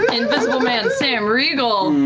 invisible man sam riegel.